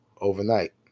overnight